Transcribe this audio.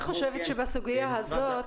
אני חושבת שבסוגיה הזאת